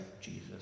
Jesus